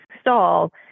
stall